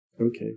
Okay